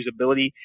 usability